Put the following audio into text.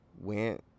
went